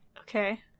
Okay